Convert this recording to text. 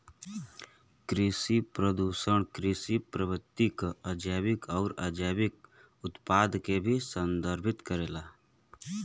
कृषि प्रदूषण कृषि पद्धति क जैविक आउर अजैविक उत्पाद के भी संदर्भित करेला